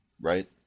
right